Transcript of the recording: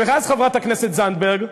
ואז, חברת הכנסת זנדברג,